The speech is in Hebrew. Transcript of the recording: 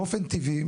באופן טבעי,